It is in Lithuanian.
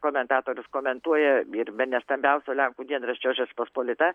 komentatorius komentuoja ir bene stambiausio lenkų dienraščio žečpospolita